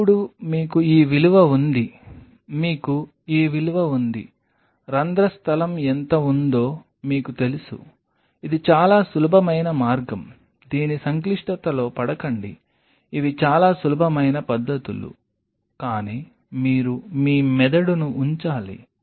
ఇప్పుడు మీకు ఈ విలువ ఉంది మీకు ఈ విలువ ఉంది రంధ్ర స్థలం ఎంత ఉందో మీకు తెలుసు ఇది చాలా సులభమైన మార్గం దీని సంక్లిష్టతలో పడకండి ఇవి చాలా సులభమైన పద్ధతులు కానీ మీరు మీ మెదడును ఉంచాలి